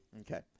Okay